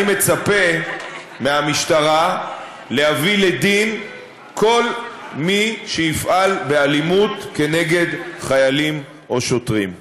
אני מצפה מהמשטרה להביא לדין כל מי שיפעל באלימות נגד חיילים או שוטרים.